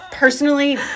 Personally